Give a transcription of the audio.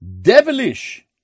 devilish